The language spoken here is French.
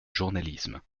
journalisme